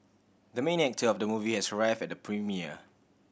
the main actor of the movie has arrived at the premiere